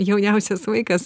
jauniausias vaikas